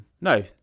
No